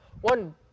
One